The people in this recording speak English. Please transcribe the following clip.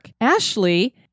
Ashley